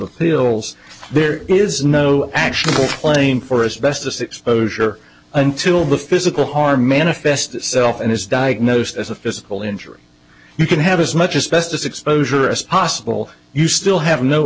appeals there is no actionable claim for us bestest exposure until the physical harm manifests itself and is diagnosed as a physical injury you can have as much as best as exposure as possible you still have no